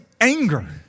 anger